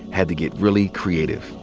had to get really creative.